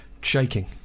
Shaking